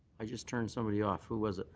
i just turned somebody off. who was